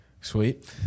Sweet